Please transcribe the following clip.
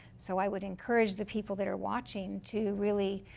so i would encourage the people that are watching to really